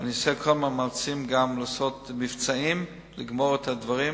ואני עושה את כל המאמצים לעשות מבצעים לגמור את הדברים